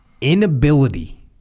inability